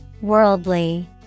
Worldly